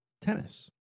tennis